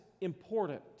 important